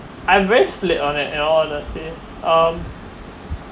I'm very split on it you know honestly um